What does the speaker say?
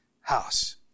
house